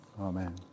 amen